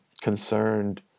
concerned